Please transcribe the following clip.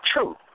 true